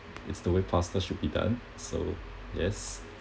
it's the way pasta should be done so yes